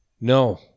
No